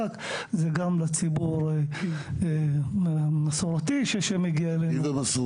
זה גם לציבור המסורתי שמגיע אלינו.